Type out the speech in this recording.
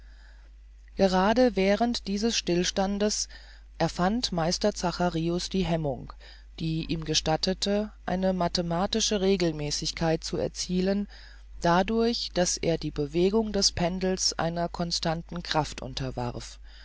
gerade während dieses stillstandes erfand meister zacharius die hemmung die ihm gestattete eine mathematische regelmäßigkeit zu erzielen dadurch daß er die bewegung des pendels einer constanten kraft unterwarf